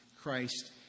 Christ